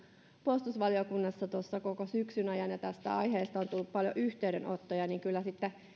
puolustusvaliokunnassa tuossa koko syksyn ajan ja tästä aiheesta on tullut paljon yhteydenottoja niin kyllä sitten